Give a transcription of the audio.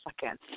second